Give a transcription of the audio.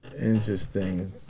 Interesting